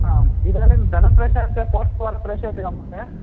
आम् इदानीं धनं प्रेषयामि च पोस्ट्द्वारा प्रेषयति महोदय